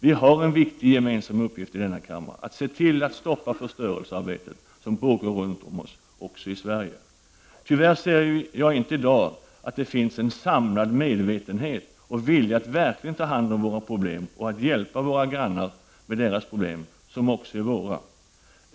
Vi har en viktig gemensam uppgift i denna kammare: att se till att stoppa förstörelsearbetet som pågår runt om oss också i Sverige. Tyvärr ser jag inte i dag att det finns en samlad medvetenhet och vilja att verkligen ta hand om våra problem och att hjälpa våra grannar med deras problem, som också är våra.